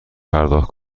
پرداخت